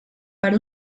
per